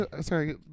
Sorry